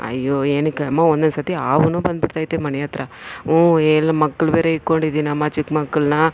ಅಯ್ಯೋ ಏನಕ್ಕೆ ಅಮ್ಮ ಒಂದೊಂದ್ಸತಿ ಹಾವುನೂ ಬಂದ್ಬಿಡ್ತೈತೆ ಮನೆಹತ್ರ ಎಲ್ಲ ಮಕ್ಳು ಬೇರೆ ಇಕ್ಕೊಂಡಿದೀನಮ್ಮ ಚಿಕ್ಕ ಮಕ್ಕಳ್ನ